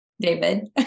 David